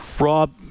Rob